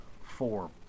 Four